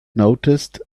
noticed